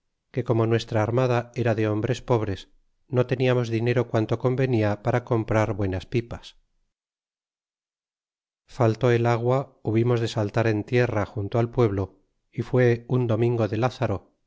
que como nuestra armada era de hombres pobres no tentemos dinero quanto convenia para comprar buenas pipas faltó el agua hubimos de saltar en liarrajunto al pueblo y fué un domingo de lazara